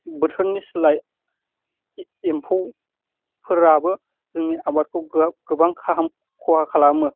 बोथोरनि सोलाय एम्फौफोराबो जोंनि आबादखौ गोबां खहा खालामो